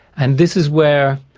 and this is where